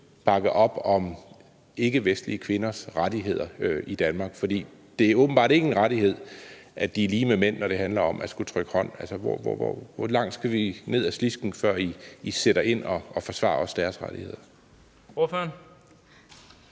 bakke op om ikkevestlige kvinders rettigheder i Danmark? For det er åbenbart ikke en rettighed, at de er lige med mænd, når det handler om at skulle trykke hånd. Altså, hvor langt skal vi ned ad slisken, før I sætter ind og også forsvarer deres rettigheder?